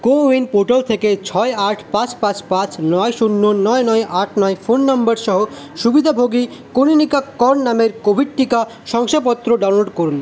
CoWIN portal থেকে ছয় আট পাঁচ পাঁচ পাঁচ নয় শূন্য নয় নয় আট নয় ফোন নম্বর সহ সুবিধাভোগী কনীনিকা কর নামের কোভিড টিকা শংসাপত্র ডাউনলোড করুন